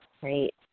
Great